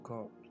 God